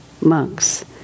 monks